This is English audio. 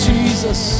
Jesus